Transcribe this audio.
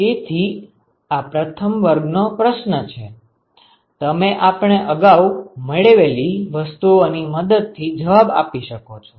તેથી આ પ્રથમ વર્ગનો પ્રશ્ન છે તમે આપણે આગાઉ મેળવેલી વસ્તુઓ ની મદદ થી જવાબ આપી શકો છો